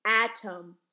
Atom